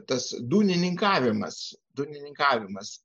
tas dūnininkavimas dūnininkavimas